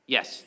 Yes